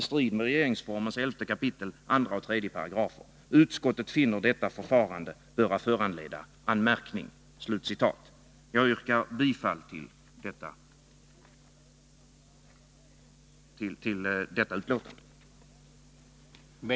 Därvid har han Utskottet finner detta förfarande böra föranleda anmärkning. Jag yrkar bifall till detta särskilda yrkande.